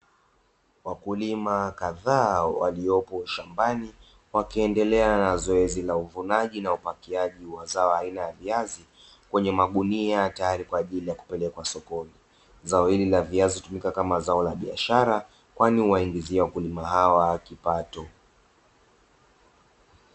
Wakulima kadhaa waliopo shambani wakiendelea na zoezi la uvunaji na upakiaji wa zao aina ya viazi kwenye magunia tayari kwa ajili ya kupelekwa sokoni. Zao hili la viazi hutumika kama zao la biashara, kwani huwaingizia wakulima hawa kipato.